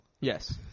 Yes